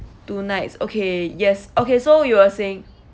two nights okay yes okay so you were saying